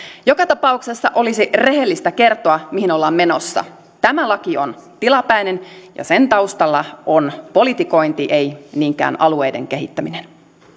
joka tapauksessa olisi rehellistä kertoa mihin ollaan menossa tämä laki on tilapäinen ja sen taustalla on politikointi ei niinkään alueiden kehittäminen